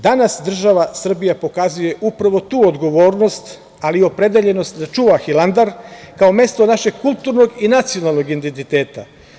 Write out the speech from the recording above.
Danas država Srbija pokazuje upravo tu odgovornost, ali i opredeljenost da čuva Hilandar, kao mesto našeg kulturnog i nacionalnog identiteta.